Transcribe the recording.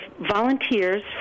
volunteers